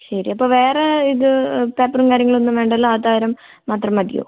ശരി അപ്പോൾ വേറെ ഇത് പേപ്പറും കാര്യങ്ങളും ഒന്നും വേണ്ടല്ലോ ആധാരം മാത്രം മതിയോ